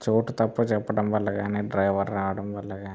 చోటు తప్పు చెప్పడంవల్ల గానీ డ్రైవర్ రావడంవల్ల గానీ